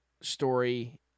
story